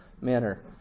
manner